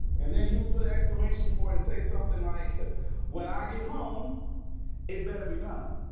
and then he will put an exclamation point and say something like when i get home it better be done